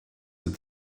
that